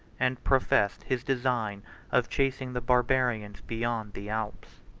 and professed his design of chasing the barbarians beyond the alps.